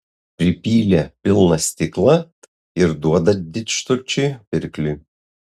pripylė pilną stiklą ir duoda didžturčiui pirkliui